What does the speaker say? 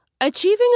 Achieving